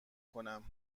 کنم